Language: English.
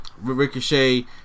Ricochet